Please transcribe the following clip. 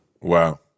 wow